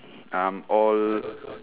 um all